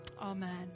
amen